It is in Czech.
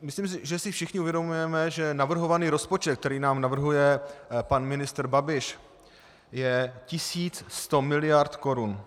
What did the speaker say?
Myslím, že si všichni uvědomujeme, že navrhovaný rozpočet, který nám navrhuje pan ministr Babiš, je 1 100 mld. Kč.